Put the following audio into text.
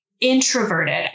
introverted